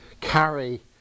carry